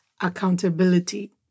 accountability